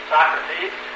Socrates